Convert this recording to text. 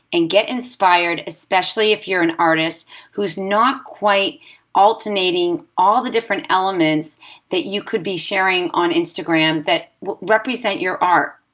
and get inspired, especially if you're an artist who's not quite alternating all the different elements that you could be sharing on instagram that represent your art.